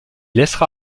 laissera